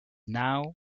now